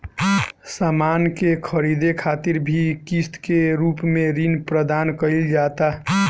सामान के ख़रीदे खातिर भी किस्त के रूप में ऋण प्रदान कईल जाता